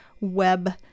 web